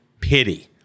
pity